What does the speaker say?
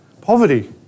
poverty